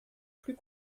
plus